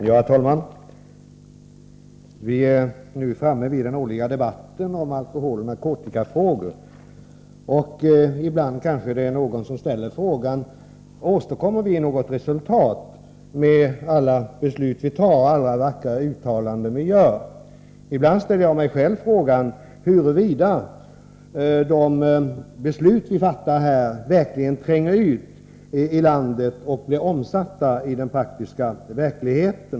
Herr talman! Vi är nu framme vid den årliga debatten om alkoholoch narkotikafrågor. Ibland är det kanske någon som ställer frågan om vi åstadkommer något resultat med alla beslut vi fattar och med alla vackra uttalanden vi gör. Ibland ställer jag mig själv frågan huruvida de beslut vi fattar i riksdagen verkligen tränger ut i landet och blir omsatta i den praktiska verkligheten.